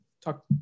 talk